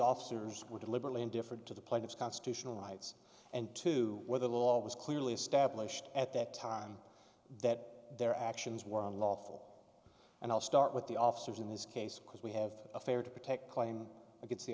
officers were deliberately indifferent to the plight of constitutional rights and to whether the law was clearly established at that time that their actions were unlawful and i'll start with the officers in this case because we have a fair to protect claim